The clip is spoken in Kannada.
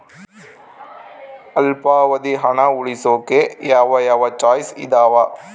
ಅಲ್ಪಾವಧಿ ಹಣ ಉಳಿಸೋಕೆ ಯಾವ ಯಾವ ಚಾಯ್ಸ್ ಇದಾವ?